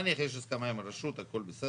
נניח יש הסכמה עם הרשות, הכל בסדר.